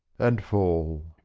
and fall.